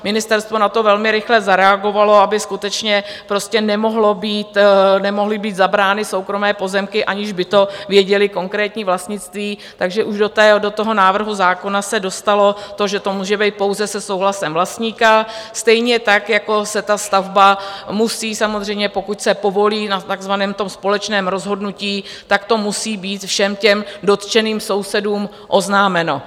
Ministerstvo na to velmi rychle zareagovalo, aby skutečně nemohly být zabrány soukromé pozemky, aniž by to věděli konkrétní vlastnictví , takže už do návrhu zákona se dostalo to, že to může být pouze se souhlasem vlastníka, stejně tak jako se ta stavba musí, samozřejmě pokud se povolí na takzvaném společném rozhodnutí, tak to musí být všem dotčeným sousedům oznámeno.